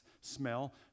smell